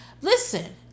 listen